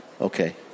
Okay